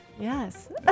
Yes